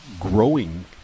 growing